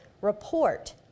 report